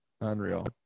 unreal